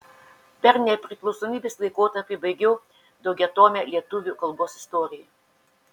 per nepriklausomybės laikotarpį baigiau daugiatomę lietuvių kalbos istoriją